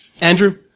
Andrew